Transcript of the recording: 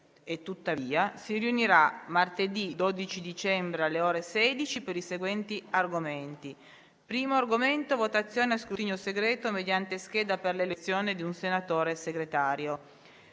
tuttavia, si riunirà martedì 12 dicembre, alle ore 16, per i seguenti argomenti: votazione a scrutinio segreto mediante schede per l'elezione di un senatore Segretario;